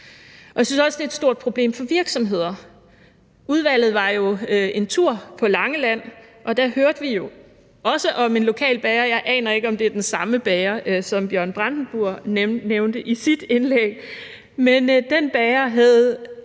det er et stort problem for virksomheder. Udvalget var jo en tur på Langeland, og der hørte vi også om en lokal bager, og jeg aner ikke, om det er den samme bager, som Bjørn Brandenborg nævnte i sit indlæg.